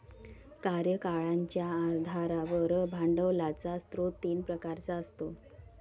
कार्यकाळाच्या आधारावर भांडवलाचा स्रोत तीन प्रकारचा असतो